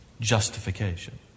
justification